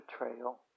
betrayal